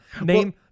name